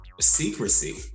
secrecy